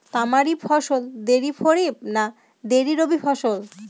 তামারি ফসল দেরী খরিফ না দেরী রবি ফসল?